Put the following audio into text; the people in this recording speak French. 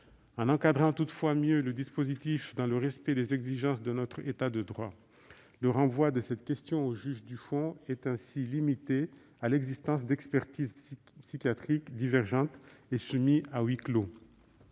est ainsi mieux encadré, dans le respect des exigences de notre État de droit : le renvoi de cette question aux juges du fond est limité à l'existence d'expertises psychiatriques divergentes et soumis à huis clos.